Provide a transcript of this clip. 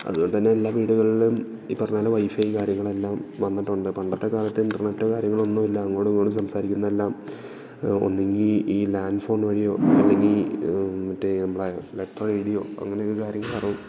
അതുകൊണ്ടുതന്നെ എല്ലാ വീടുകളിലും ഈ പറഞ്ഞതുപോലെ വൈഫൈയും കാര്യങ്ങളെല്ലാം വന്നിട്ടുണ്ട് പണ്ടത്തെക്കാലത്ത് ഇൻ്റർനെറ്റൊ കാര്യങ്ങളൊന്നുമില്ല അങ്ങോട്ടുമിങ്ങോട്ടും സംസാരിക്കുന്നതെല്ലാം ഒന്നുകിൽ ഈ ലാൻ്റ് ഫോൺ വഴിയോ അല്ലെങ്കിൽ മറ്റേ നമ്മളെ ലെറ്റർ എഴുതിയോ അങ്ങനെയൊക്കെ കാര്യങ്ങളായിരുന്നു